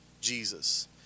Jesus